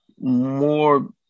more